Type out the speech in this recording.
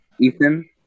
Ethan